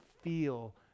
feel